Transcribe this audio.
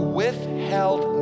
withheld